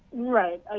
right, ah